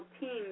teams